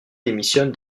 démissionne